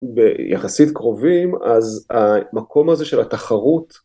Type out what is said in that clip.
ביחסית קרובים אז המקום הזה של התחרות